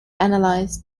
analyze